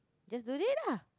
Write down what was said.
just do it lah